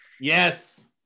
Yes